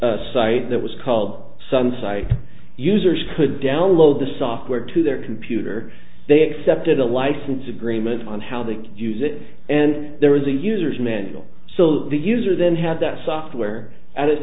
linux site that was called some site users could download the software to their computer they accepted a license agreement on how they could use it and there was a user's manual so the user then had that software at